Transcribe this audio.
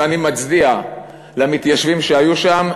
ואני מצדיע למתיישבים שהיו שם.